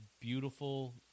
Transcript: beautiful